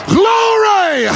glory